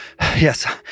Yes